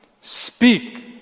speak